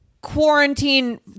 quarantine